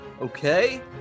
Okay